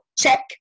check